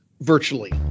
virtually